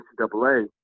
NCAA